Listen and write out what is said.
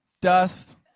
dust